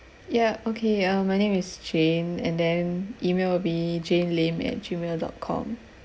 ya okay uh my name is jane and then email will be jane lim at G mail dot com